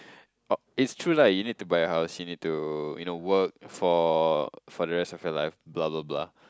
it's true lah you need to buy house you need to you know work for for the rest of your life blah blah blah